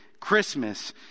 Christmas